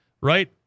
right